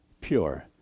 pure